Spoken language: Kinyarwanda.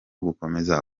gukomeza